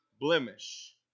blemish